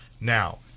Now